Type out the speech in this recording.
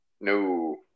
No